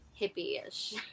hippie-ish